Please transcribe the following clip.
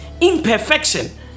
imperfection